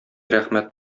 рәхмәт